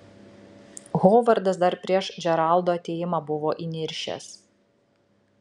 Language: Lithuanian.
hovardas dar prieš džeraldo atėjimą buvo įniršęs